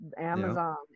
amazon